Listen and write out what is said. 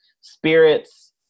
spirits